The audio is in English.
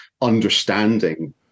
understanding